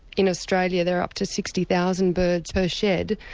in australia they're up to sixty thousand birds per shed.